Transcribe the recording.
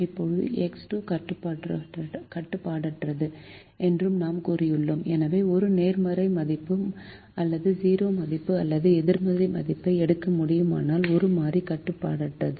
இப்போது எக்ஸ் 2 கட்டுப்பாடற்றது என்றும் நாம் கூறியுள்ளோம் எனவே ஒரு நேர்மறை மதிப்பு அல்லது 0 மதிப்பு அல்லது எதிர்மறை மதிப்பை எடுக்க முடியுமானால் ஒரு மாறி கட்டுப்பாடற்றது